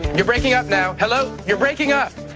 you're breaking up now. hello? you're breaking up.